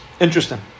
Interesting